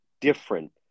different